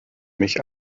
mich